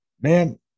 Man